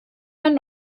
ein